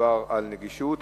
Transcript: שמדובר על נגישות,